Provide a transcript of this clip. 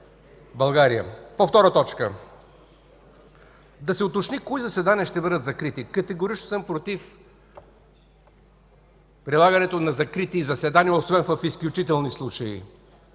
България. По втора точка. Да се уточни кои заседания ще бъдат закрити. Категорично съм против прилагането на закрити заседания, освен в изключителни случаи.